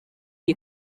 iyi